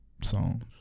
songs